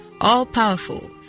all-powerful